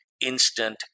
instant